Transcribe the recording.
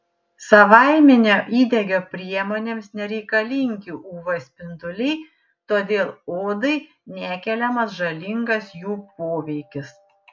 savaiminio įdegio priemonėms nereikalingi uv spinduliai todėl odai nekeliamas žalingas jų poveikis